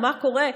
מה קורה?